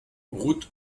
route